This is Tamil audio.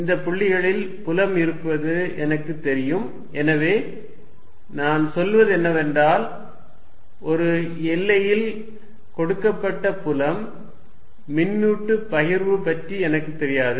இந்த புள்ளிகளில் புலம் இருப்பது எனக்கு தெரியும் எனவே நான் சொல்வது என்னவென்றால் ஒரு எல்லையில் கொடுக்கப்பட்ட புலம் மின்னூட்ட பகிர்வு பற்றி எனக்குத் தெரியாது